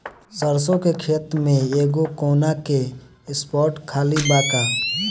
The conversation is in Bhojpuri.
सरसों के खेत में एगो कोना के स्पॉट खाली बा का?